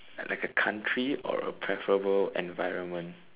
like a country or a preferable environment